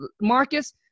Marcus